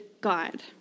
God